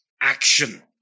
action